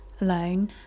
alone